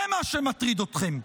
זה מה שמטריד אתכם.